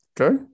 Okay